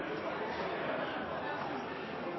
du skal